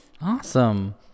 awesome